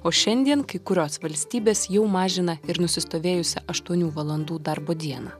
o šiandien kai kurios valstybės jau mažina ir nusistovėjusią aštuonių valandų darbo dieną